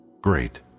Great